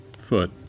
foot